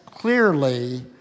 clearly